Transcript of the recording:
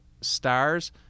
stars